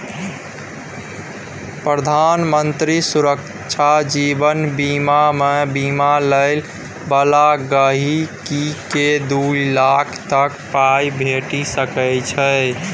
प्रधानमंत्री सुरक्षा जीबन बीमामे बीमा लय बला गांहिकीकेँ दु लाख तक पाइ भेटि सकै छै